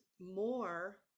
more